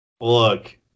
Look